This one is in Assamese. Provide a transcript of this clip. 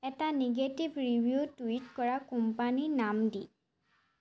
এটা নিগেটিভ ৰিভিউ টুইট কৰা কোম্পানী নাম দি